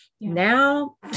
now